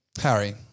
Harry